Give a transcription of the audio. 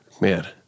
man